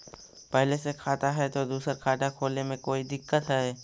पहले से खाता है तो दूसरा खाता खोले में कोई दिक्कत है?